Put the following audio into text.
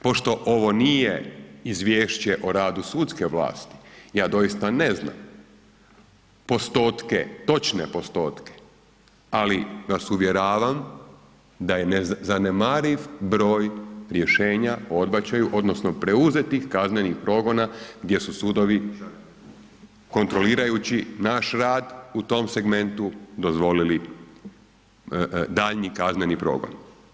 Pošto ovo nije izvješće o radu sudske vlasti, ja doista ne znam postotke, točne postotke ali vas uvjeravam da je nezanemariv broj rješenja o odbačaju odnosno preuzetih kaznenih progona gdje su sudovi kontrolirajući naš rad u tom segmentu dozvolili daljnji kazneni progon.